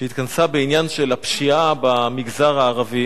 שהתכנסה בעניין של הפשיעה במגזר הערבי,